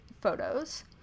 photos